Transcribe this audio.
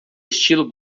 estilo